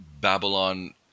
Babylon